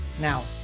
Now